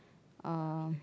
um